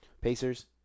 Pacers